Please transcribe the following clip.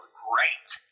great